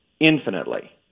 Infinitely